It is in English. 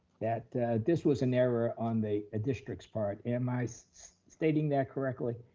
that this was an error on the ah district's part, am i so stating that correctly?